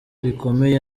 rikomeye